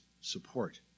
support